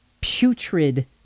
putrid